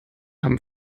haben